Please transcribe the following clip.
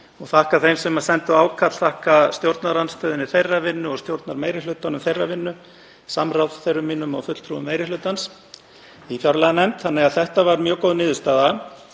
þakka þeim sem sendu ákall, þakka stjórnarandstöðunni þeirra vinnu og stjórnarmeirihlutanum þeirra vinnu, samráðherrum mínum og fulltrúum meiri hlutans í fjárlaganefnd. Þetta var mjög góð niðurstaða.